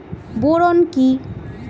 Boron কি?